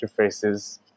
interfaces